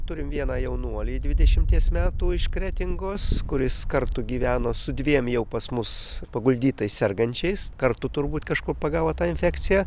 turim vieną jaunuolį dvidešimties metų iš kretingos kuris kartu gyveno su dviem jau pas mus paguldytais sergančiais kartu turbūt kažkur pagavo tą infekciją